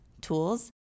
tools